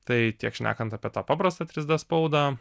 tai tiek šnekant apie tą paprastą trys d spaudą